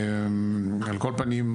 על כל פנים,